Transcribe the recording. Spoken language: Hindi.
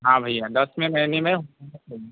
हाँ भैया दसवें महीने में होना चाहिए